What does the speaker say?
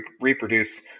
reproduce